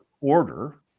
order